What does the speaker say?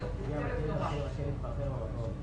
הכלב נורה.